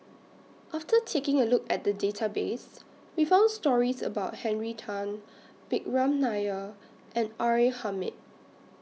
after taking A Look At The Database We found stories about Henry Tan Vikram Nair and R A Hamid